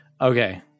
Okay